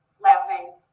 laughing